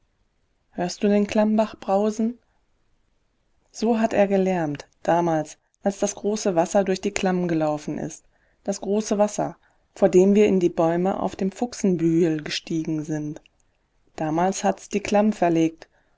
hörst du den klammbach brausen so hat er gelärmt damals als das große wasser durch die klamm gelaufen ist das große wasser vor dem wir in die bäume auf dem fuchsenbühel gestiegen sind damals hat's die klamm verlegt